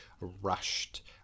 rushed